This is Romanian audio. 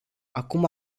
acum